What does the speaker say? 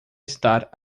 estar